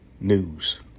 news